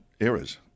errors